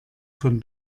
von